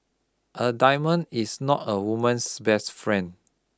a diamond is not a woman's best friend